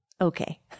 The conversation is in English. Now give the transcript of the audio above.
Okay